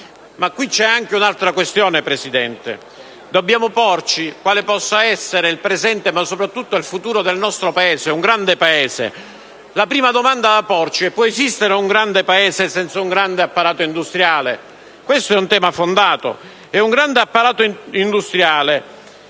Ma qui c'è anche un'altra questione, Presidente. Dobbiamo porci l'interrogativo di quale possa essere il presente ma soprattutto il futuro del nostro Paese, un grande Paese. La prima domanda da porci è se può esistere un grande Paese senza un grande apparato industriale. Questo è un argomento fondato. E un grande apparato industriale